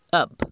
,up